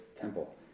temple